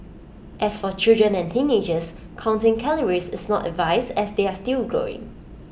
as for children and teenagers counting calories is not advised as they are still growing